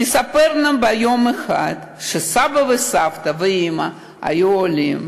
תספרנה יום אחד שסבא וסבתא ואימא היו עולים.